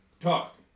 talk